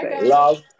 love